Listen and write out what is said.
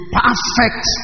perfect